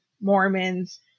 Mormons